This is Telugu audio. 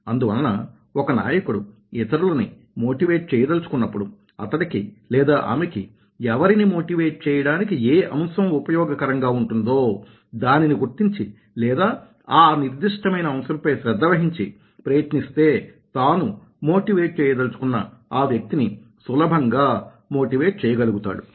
అందువలన ఒక నాయకుడు ఇతరులని మోటివేట్ చేయదలుచుకున్నప్పుడు అతడికి లేదా ఆమెకి ఎవరిని మోటివేట్ చేయడానికి ఏ అంశం ఉపయోగకరంగా ఉంటుందో దానిని గుర్తించి లేదా ఆ నిర్దిష్టమైన అంశంపై శ్రద్ధ వహించి ప్రయత్నిస్తే తాను మోటివేట్ చేయదలచుకున్న ఆ వ్యక్తిని సులభంగా మోటివేట్ చేయగలుగుతాడు